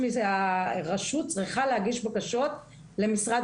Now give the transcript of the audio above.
הרשות צריכה להגיש בקשות מראש למשרד